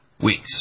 weeks